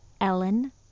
Ellen